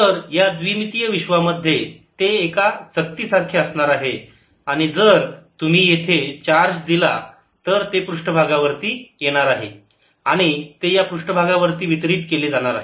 तर या द्विमितीय विश्वामध्ये ते एका चकती सारखे असणार आहे आणि जर तुम्ही येथे चार्ज दिला तर ते सर्व पृष्ठभागावरती येणार आहे आणि ते या पृष्ठभागावरती वितरीत केले जाणार आहे